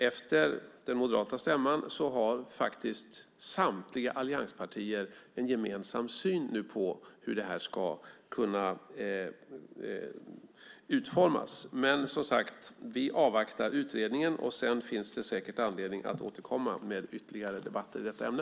Efter den moderata stämman har nu samtliga allianspartier en gemensam syn på hur det ska kunna utformas. Men, som sagt, vi avvaktar utredningen, och sedan finns det säkert anledning att återkomma med ytterligare debatter i detta ämne.